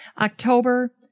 october